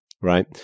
right